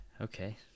Okay